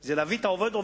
זה להביא עובד,